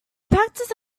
practiced